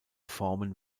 formen